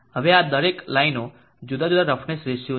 હવે આ દરેક લાઈનો જુદા જુદા રફનેસ રેશિયો છે